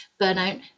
burnout